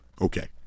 Okay